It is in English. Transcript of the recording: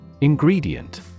Ingredient